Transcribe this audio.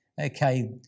okay